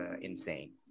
insane